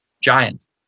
giants